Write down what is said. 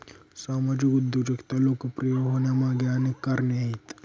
सामाजिक उद्योजकता लोकप्रिय होण्यामागे अनेक कारणे आहेत